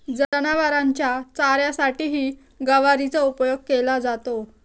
जनावरांच्या चाऱ्यासाठीही गवारीचा उपयोग केला जातो